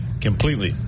completely